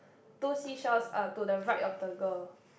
two seashells uh to the right of the girl